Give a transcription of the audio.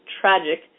tragic